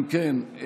אם כן,